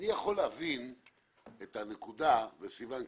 אני יכול להבין את הנקודה וסיון,